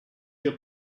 your